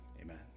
amen